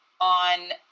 on